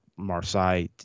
Marseille